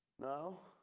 now.